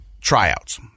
tryouts